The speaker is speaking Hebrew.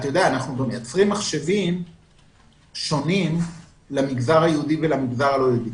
אנחנו גם מייצרים מחשבים שונים למגזר היהודי ולמגזר הלא יהודי.